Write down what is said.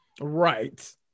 Right